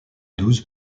douze